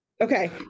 Okay